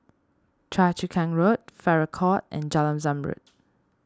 Choa Chu Kang Road Farrer Court and Jalan Zamrud